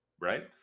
right